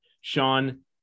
Sean